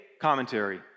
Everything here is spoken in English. commentary